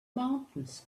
mountains